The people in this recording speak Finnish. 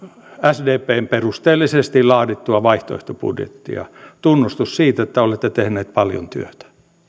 sdpn perusteellisesti laadittua vaihtoehtobudjettia niin tunnustus siitä että olette tehneet paljon työtä